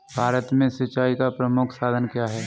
भारत में सिंचाई का प्रमुख साधन क्या है?